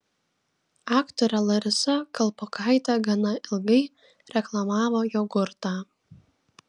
aktorė larisa kalpokaitė gana ilgai reklamavo jogurtą